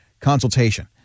consultation